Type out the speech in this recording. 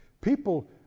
People